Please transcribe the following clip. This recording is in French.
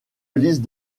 liste